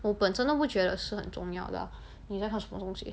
我本身都不觉得是很重要的啊你在看什么东西